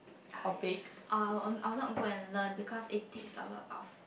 I I will I will not go and learn because it takes a lot of